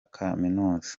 kaminuza